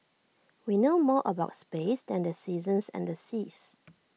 we know more about space than the seasons and the seas